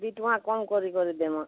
ଦୁଇ ଟଙ୍କା କମ୍ କରି କରି ଦେମା